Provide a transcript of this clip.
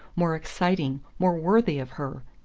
more exciting, more worthy of her!